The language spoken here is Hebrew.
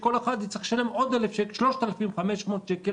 שכל אחד יצטרך לשלם 3,500 שקל